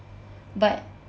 but